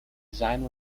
design